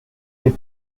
des